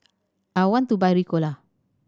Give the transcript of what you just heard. I want to buy Ricola